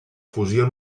fusió